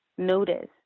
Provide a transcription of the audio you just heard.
Notice